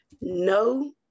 no